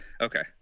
Okay